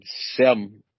seven